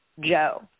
Joe